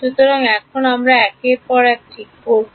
সুতরাং এখন আমরা একের পর এক ঠিক করব